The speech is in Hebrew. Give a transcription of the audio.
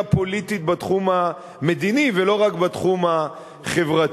פוליטית בתחום המדיני ולא רק בתחום החברתי.